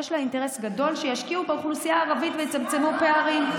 יש לה אינטרס גדול שישקיעו באוכלוסייה הערבית ויצמצמו פערים.